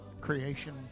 creation